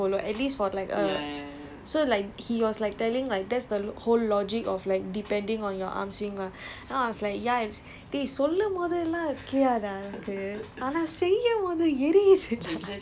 like this synchronisation so you move your hand at that speed your leg will automatically follow at least for like err so like he was like telling like that's the whole logic of like depending on your arm swing lah then I was like ya